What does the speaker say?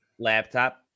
laptop